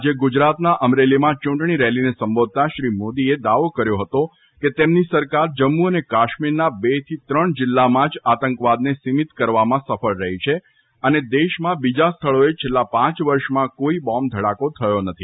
આજે ગુજરાતના અમરેલીમાં ચૂંટણી રેલીને સંબોધતાં શ્રી મોદીએ દાવો કર્યો હતો કે તેમની સરકાર જમ્મુ અને કાશ્મીરના બે થી ત્રણ જિલ્લામાં જ આતંકવાદને સિમિત કરવામાં સફળ રહી છે અને દેશમાં બીજા સ્થળોએ છેલ્લા પાંચ વર્ષમાં કોઇ બોંબ ધડાકો થયો નથી